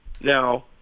Now